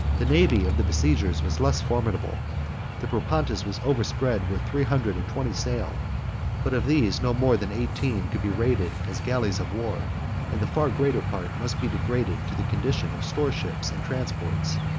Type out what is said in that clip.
the navy of the besiegers was less formidable the propontis was overspread with three hundred and twenty sail but of these no more than eighteen could be rated as galleys of war and the far greater part must be degraded to the condition of store-ships and transports,